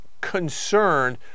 concerned